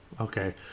okay